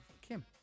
Kim